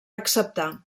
acceptar